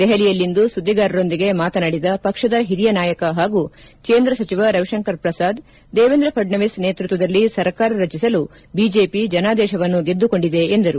ದೆಹಲಿಯಲ್ಲಿಂದು ಸುದ್ದಿಗಾರರೊಂದಿಗೆ ಮಾತನಾಡಿದ ಪಕ್ಷದ ಹಿರಿಯ ನಾಯಕ ಹಾಗೂ ಕೇಂದ್ರ ಸಚಿವ ರವಿಶಂಕರ್ ಪ್ರಸಾದ್ ದೇವೇಂದ್ರ ಫಡ್ನವೀಸ್ ನೇತೃತ್ವದಲ್ಲಿ ಸರ್ಕಾರ ರಚಿಸಲು ಬಿಜೆಪಿ ಜನಾದೇಶವನ್ನು ಗೆದ್ದುಕೊಂಡಿದೆ ಎಂದರು